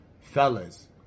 Fellas